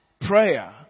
Prayer